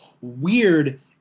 weird